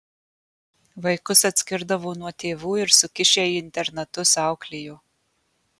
vaikus atskirdavo nuo tėvų ir sukišę į internatus auklėjo